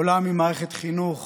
עולם עם מערכת חינוך